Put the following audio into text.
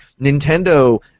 Nintendo